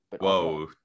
Whoa